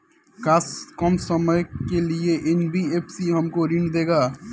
का कम समय के लिए एन.बी.एफ.सी हमको ऋण देगा?